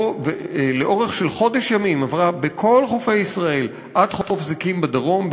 ולאורך חודש ימים עברה בכל חופי ישראל עד חוף זיקים בדרום.